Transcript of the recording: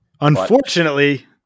Unfortunately